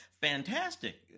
Fantastic